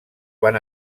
van